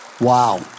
Wow